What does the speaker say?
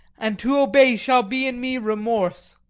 and to obey shall be in me remorse,